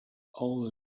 all